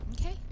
Okay